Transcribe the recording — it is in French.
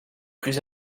plus